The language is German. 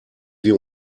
wir